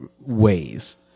ways